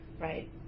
right